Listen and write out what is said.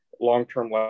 long-term